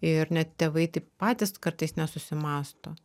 ir net tėvai taip patys kartais nesusimąsto